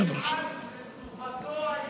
מדינת ישראל שכרה מטוס של אל על לטובתו האישית,